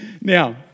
Now